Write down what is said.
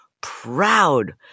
proud